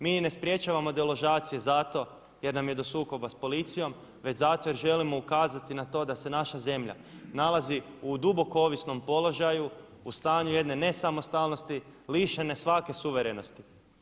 Mi i ne sprječavamo deložacije zato jer nam je do sukoba s policijom, već zato jer želimo ukazati na to da se naša zemlja nalazi u duboko ovisnom položaju u stanju jedne nesamostalnosti, lišene svake suverenosti.